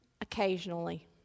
Occasionally